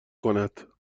کند